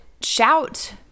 Shout